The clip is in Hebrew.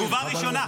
זו תגובה ראשונה.